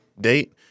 date